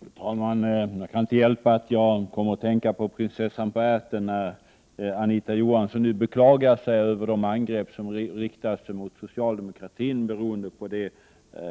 Fru talman! Jag kan inte hjälpa att jag kom att tänka på prinsessan på ärten när Anita Johansson beklagade sig över de angrepp som riktas mot socialdemokratin, beroende på det